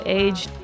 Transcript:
age